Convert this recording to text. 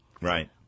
right